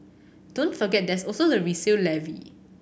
don't forget there's also the resale levy